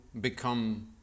become